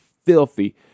filthy